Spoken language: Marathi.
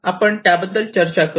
आपण त्याबद्दल चर्चा करू